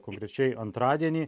konkrečiai antradienį